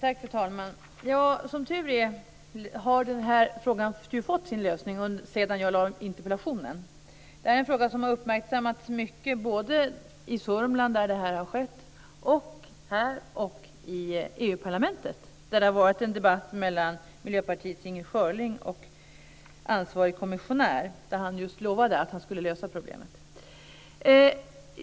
Fru talman! Som tur är har frågan fått sin lösning sedan jag ställde interpellationen. Det är en fråga som har uppmärksammats mycket både i Sörmland, där problemet uppstod, här och i EU-parlamentet. Det har varit en debatt mellan Miljöpartiets Inger Schörling och ansvarig kommissionär, som just lovade att han skulle lösa problemet.